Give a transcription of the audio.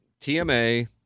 TMA